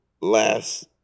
last